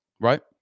right